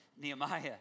Nehemiah